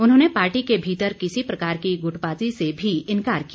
उन्होंने पार्टी के भीतर किसी प्रकार की गुटबाज़ी से भी इनकार किया